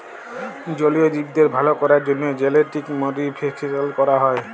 জলীয় জীবদের ভাল ক্যরার জ্যনহে জেলেটিক মডিফিকেশাল ক্যরা হয়